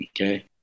okay